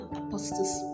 apostles